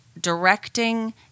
directing